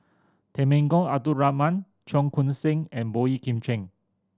Temenggong Abdul Rahman Cheong Koon Seng and Boey Kim Cheng